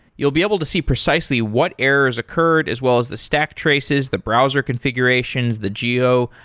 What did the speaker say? you'll be able to see precisely what errors occurred as well as the stack traces, the browser configurations, the geo,